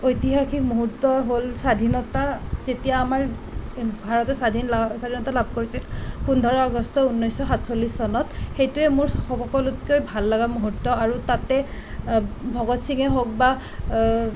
ঐতিহাসিক মুহূৰ্ত হ'ল স্বাধীনতা যেতিয়া আমাৰ ভাৰতে স্বাধীন লা স্বাধীনতা লাভ কৰিছিল পোন্ধৰ আগষ্ট উনৈছশ সাতচল্লিছ চনত সেইটোৱে মোৰ স সকলোতকৈ ভাল লগা মুহূৰ্ত আৰু তাতে ভগত সিঙেই হওক বা